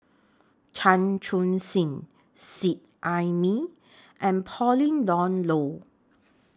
Chan Chun Sing Seet Ai Mee and Pauline Dawn Loh